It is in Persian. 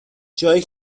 جایی